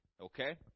okay